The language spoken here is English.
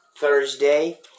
Thursday